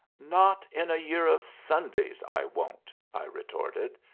not in a year of sundays i won't! i retorted.